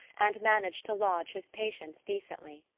and managed to lodge his patients decently.